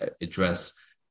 address